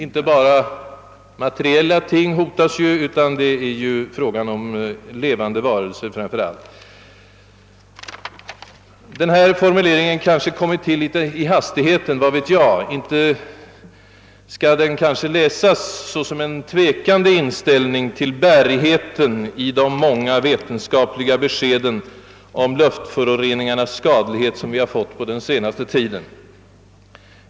Inte bara materiella ting hotas nu, utan det är framför allt levande varelser som är i fara. Den formulering jag syftar på har kanske kommit till i hastigheten — vad vet jag? Den skall kanske inte läsas såsom innebärande en tveksam inställning till bärigheten i de många vetenskapliga beskeden om luftföroreningarnas skadlighet som vi fått på den senaste tiden.